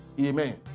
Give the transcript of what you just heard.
Amen